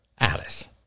Alice